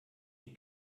die